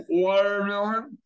watermelon